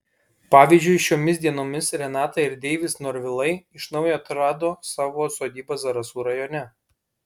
pavyzdžiui šiomis dienomis renata ir deivis norvilai iš naujo atrado savo sodybą zarasų rajone